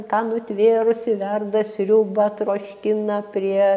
ką nutvėrusi verda sriubą troškina prie